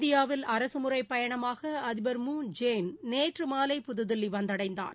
இந்தியாவில் அரசுமுறை பயணமாக அதிபர் மூன் ஜே இன் நேற்றமாலை புதுதில்லி வந்தடைந்தார்